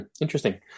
interesting